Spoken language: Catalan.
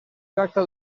tracta